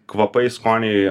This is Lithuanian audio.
kvapai skoniai